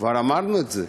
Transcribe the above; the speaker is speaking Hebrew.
כבר אמרנו את זה,